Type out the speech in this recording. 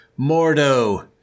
Mordo